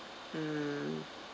mm